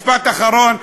משפט אחרון.